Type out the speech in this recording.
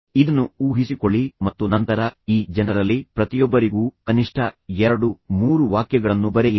ಇದನ್ನು ಊಹಿಸಿಕೊಳ್ಳಿ ಮತ್ತು ನಂತರ ಈ ಜನರಲ್ಲಿ ಪ್ರತಿಯೊಬ್ಬರಿಗೂ ಕನಿಷ್ಠ ಎರಡು ಮೂರು ವಾಕ್ಯಗಳನ್ನು ಬರೆಯಿರಿ